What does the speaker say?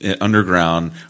underground